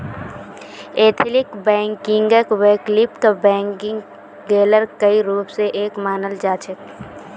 ethical बैंकिंगक वैकल्पिक बैंकिंगेर कई रूप स एक मानाल जा छेक